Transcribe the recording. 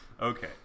Okay